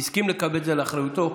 הסכים לקבל את זה על אחריותו,